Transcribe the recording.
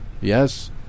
Yes